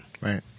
Right